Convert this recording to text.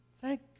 Thank